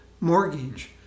mortgage